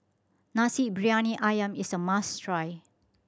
Nasi Briyani Ayam is a must try